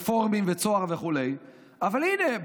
הרפורמים וצהר וכו' אבל הינה,